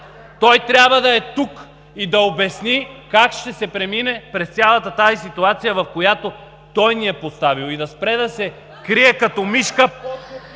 Той трябва да е тук и да обясни как ще се премине през цялата тази ситуация, в която ни е поставил. И да спре да се крие като мишка